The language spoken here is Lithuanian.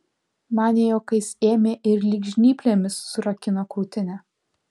man ne juokais ėmė ir lyg žnyplėmis surakino krūtinę